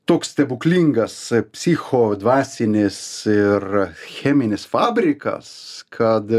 toks stebuklingas psicho dvasinis ir cheminis fabrikas kad